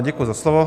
Děkuji za slovo.